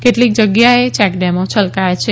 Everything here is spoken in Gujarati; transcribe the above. કેટલીક જગ્યાએ ચેકડેમો છલકાયા છે